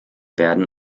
werden